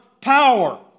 power